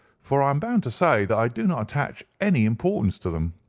for i am bound to say that i do not attach any importance to them.